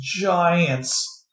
giants